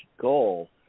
goal